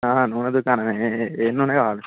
నూనె దుకాణమే ఏ నూనే కావాలి